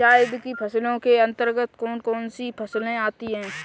जायद की फसलों के अंतर्गत कौन कौन सी फसलें आती हैं?